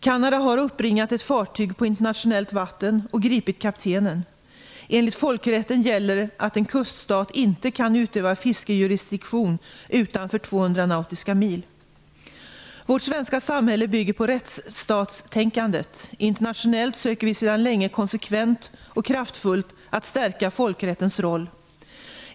Kanada har uppbringat ett fartyg på internationellt vatten och gripit kaptenen. Enligt folkrätten gäller att en kuststat inte kan utöva fiskejurisdiktion utanför 200 nautiska mil. Vårt svenska samhälle bygger på rättsstatstänkandet. Internationellt söker vi sedan länge konsekvent och kraftfullt att stärka folkrättens roll.